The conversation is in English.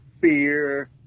Fear